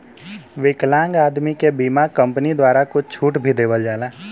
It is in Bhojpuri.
विकलांग आदमी के बीमा कम्पनी द्वारा कुछ छूट भी देवल जाला